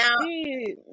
Now